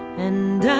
and